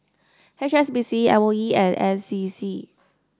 H S B C M O E and N C C